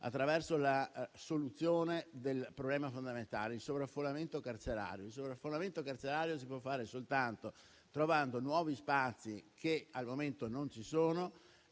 attraverso la soluzione del problema fondamentale: il sovraffollamento carcerario. Il sovraffollamento carcerario si può evitare soltanto trovando nuovi spazi che al momento non ci sono,